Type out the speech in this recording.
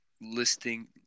listing